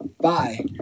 Bye